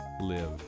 live